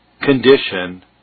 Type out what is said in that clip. condition